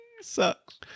sucks